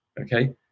Okay